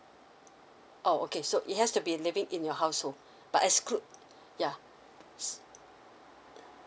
oh okay so it has to be living in your household but exclude yeah